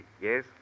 yes